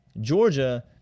Georgia